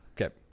okay